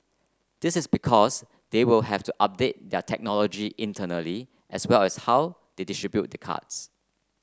this is because they will have to update their technology internally as well as how they distribute the cards